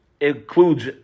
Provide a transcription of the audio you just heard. includes